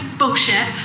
bullshit